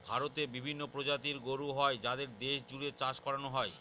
ভারতে বিভিন্ন প্রজাতির গরু হয় যাদের দেশ জুড়ে চাষ করানো হয়